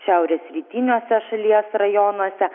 šiaurės rytiniuose šalies rajonuose